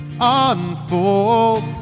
unfold